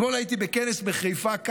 אתמול הייתי בכנס בחיפה.